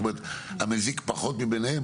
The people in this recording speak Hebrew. המזיק פחות מביניהם?